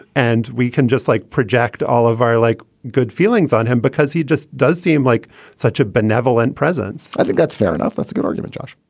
and we can just like project all of our, like, good feelings on him because he just does seem like such a benevolent presence i think that's fair enough. that's a good argument, josh.